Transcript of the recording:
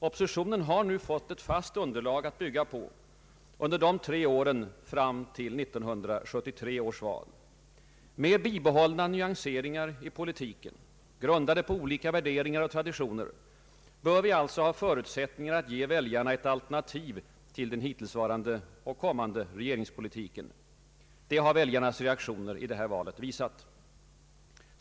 Oppositionen har nu fått ett fast underlag att bygga på under de tre åren fram till 1973 års val. Med bibehållna nyanseringar i politiken — grundade på olika värderingar och traditioner — bör vi alltså ha förutsättningar att ge väljarna ett alternativ till den hittillsvarande och kommande regeringspolitiken. Det har väljarnas reaktioner i det här valet visat.